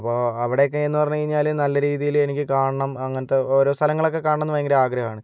അപ്പോൾ അവിടേക്കേന്ന് പറഞ്ഞ് കഴിഞ്ഞാല് നല്ല രീതിയില് എനിക്ക് കാണണം അങ്ങനത്തെ ഓരോ സ്ഥലങ്ങളൊക്കെ കാണണമെന്ന് ഭയങ്കരാഗ്രഹാണ്